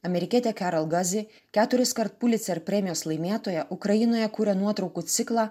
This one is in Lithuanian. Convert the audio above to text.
amerikietė keral gazi keturiskart pulicer premijos laimėtoja ukrainoje kuria nuotraukų ciklą